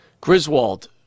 Griswold